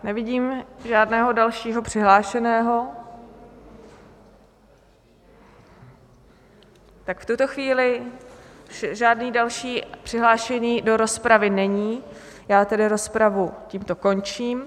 Nevidím žádného dalšího přihlášeného, tak v tuto chvíli už žádný další přihlášený do rozpravy není, já tedy rozpravu tímto končím.